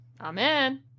Amen